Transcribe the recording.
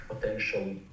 potential